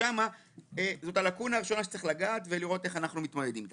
שם זו הלקונה הראשונה שצריך לגעת וצריך לראות איך אנחנו מתמודדים איתה.